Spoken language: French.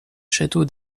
château